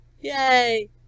Yay